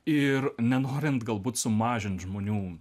ir nenorint galbūt sumažint žmonių